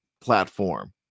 platform